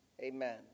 Amen